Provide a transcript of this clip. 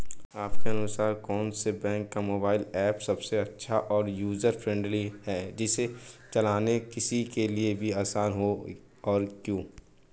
आपके अनुसार कौन से बैंक का मोबाइल ऐप सबसे अच्छा और यूजर फ्रेंडली है जिसे चलाना किसी के लिए भी आसान हो और क्यों?